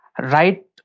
right